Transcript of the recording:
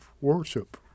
worship